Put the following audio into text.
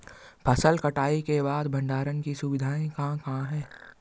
फसल कटाई के बाद भंडारण की सुविधाएं कहाँ कहाँ हैं?